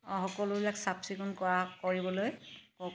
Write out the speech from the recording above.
অ' সকলোবিলাক চাফ চিকুণ কৰা কৰিবলৈ কওক